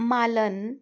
मालन